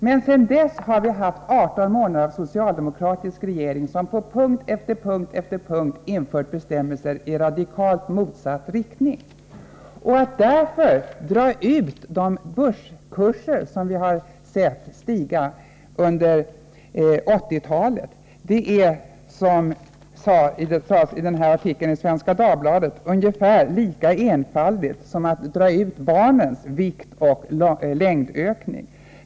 Men sedan dess har vi haft 18 månader med en socialdemokratisk regering, som på punkt efter punkt efter punkt infört bestämmelser i radikalt motsatt riktning. Sedan vill jag framhålla det som kolumnisten i Svenska Dagbladet skrev: Detta att man drar ut en rakt stigande kurva över börskurserna med samma ökningstakt som den vi sett under 1980-talet är ungefär lika enfaldigt som att dra ut en sådan kurva över barnens viktoch längdökning.